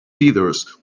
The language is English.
feathers